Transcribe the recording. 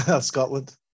scotland